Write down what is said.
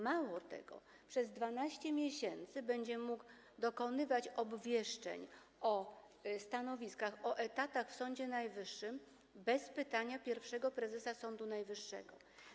Mało tego, przez 12 miesięcy będzie mógł dokonywać obwieszczeń o stanowiskach, o etatach w Sądzie Najwyższym bez pytania pierwszego prezesa Sądu Najwyższego.